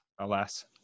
alas